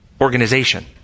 organization